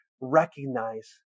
recognize